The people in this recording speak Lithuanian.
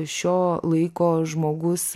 šio laiko žmogus